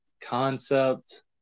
concept